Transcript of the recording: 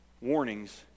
warnings